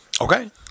Okay